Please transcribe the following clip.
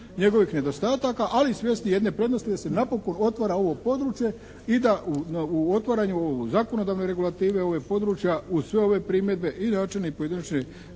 njegovih nedostataka, ali i svjesni jedne prednosti jer se napokon otvara ovo područje i da u otvaranju zakonodavne regulative ovih područja uz sve ove primjedbe i …/Govornik